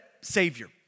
savior